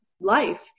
life